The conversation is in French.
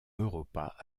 europa